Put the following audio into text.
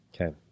okay